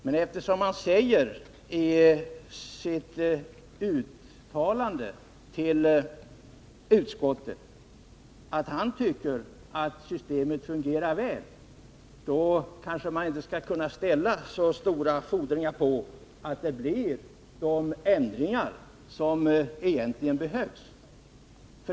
Men eftersom han i sitt uttalande till utskottet säger att han tycker att systemet fungerar väl, så kan man kanske inte ställa så stora fordringar när det gäller att genomföra de ändringar som egentligen behövs.